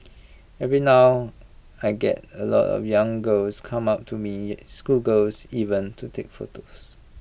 even now I get A lot of young girls come up to me schoolgirls even to take photos